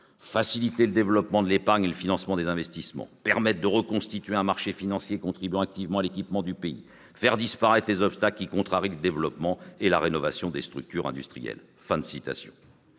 faciliter le développement de l'épargne et le financement des investissements ; permettre de reconstituer un marché financier contribuant activement à l'équipement du pays ; faire disparaître les obstacles qui contrarient le développement et la rénovation des structures industrielles. »